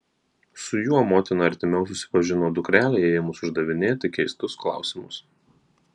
su juo motina artimiau susipažino dukrelei ėmus uždavinėti keistus klausimus